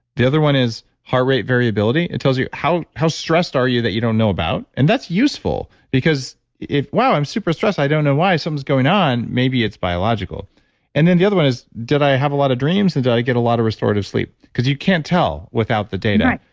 the other one is heart rate variability. it tells you how how stressed are you that you don't know about and that's useful. because if wow, i'm super stressed, i don't know why, something's going on maybe it's biological and then the other one is, did i have a lot of dreams and did i get a lot of restorative sleep? because you can't tell without the data?